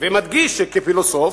ומדגיש שכפילוסוף,